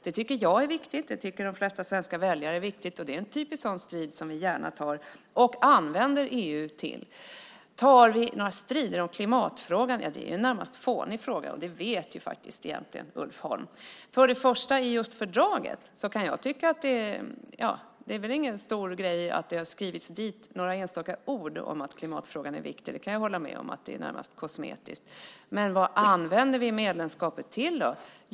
Det tycker jag är viktigt och det tycker de flesta svenska väljare är viktigt. Det är en typisk strid som vi gärna tar och som vi använder EU till. Tar vi några strider om klimatfrågan? Det är en närmast fånig fråga, och det vet egentligen Ulf Holm. Det är inte någon stor grej att det har skrivits dit några enstaka ord i fördraget om att klimatfrågan är viktig. Jag kan hålla med om att det är närmast kosmetiskt. Men vad använder vi då medlemskapet till?